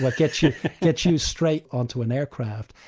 that gets you gets you straight onto an aircraft.